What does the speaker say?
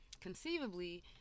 conceivably